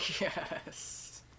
Yes